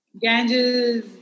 Ganges